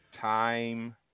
time